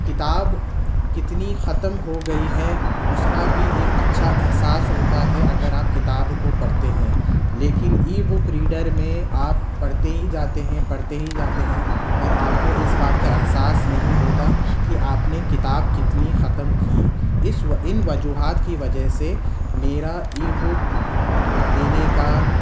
کتاب کتنی ختم ہوگئی ہے اس کا بھی ایک اچھا احساس ہوتا ہے اگر آپ کتاب کو پڑھتے ہیں لیکن ای بک ریڈر میں آپ پڑھتے ہی جاتے ہیں پڑھتے ہی جاتے ہیں پر آپ کو اس بات کا احساس نہیں ہوتا کہ آپ نے کتاب کتنی ختم کی اس ان وجوہات کی وجہ سے میرا ای بک لینے کا